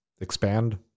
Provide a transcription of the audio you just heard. expand